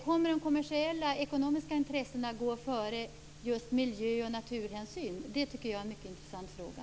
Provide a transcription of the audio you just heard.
Kommer de kommersiella, ekonomiska intressena att gå före just miljö och naturhänsyn? Det är en mycket intressant fråga.